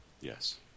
Yes